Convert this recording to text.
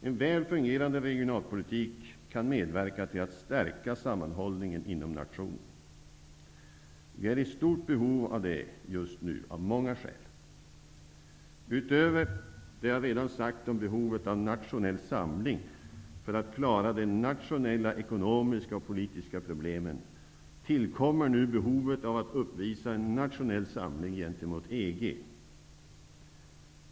En väl fungerande regionalpolitik kan medverka till att stärka sammanhållningen inom nationen. Vi är just nu i stort behov av det av många skäl. Utöver det jag redan sagt om behovet av nationell samling för att klara de nationella ekonomiska och politiska problemen, tillkommer nu behovet av att uppvisa en nationell samling gentemot EG.